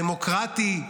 דמוקרטי,